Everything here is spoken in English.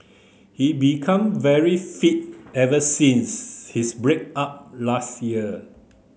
he become very fit ever since his break up last year